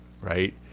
right